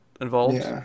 involved